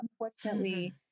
unfortunately